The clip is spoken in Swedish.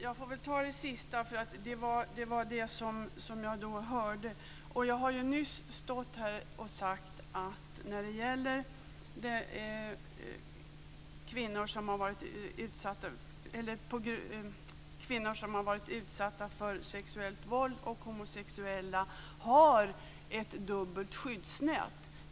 Herr talman! Jag får ta upp det som Ulla Hoffmann sade sist, eftersom det var bara det jag hörde. Jag har nyss stått här och sagt att kvinnor som har varit utsatta för sexuellt våld och homosexuella har ett dubbelt skyddsnät.